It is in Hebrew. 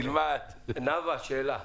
שאלה לנאווה.